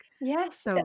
Yes